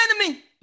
enemy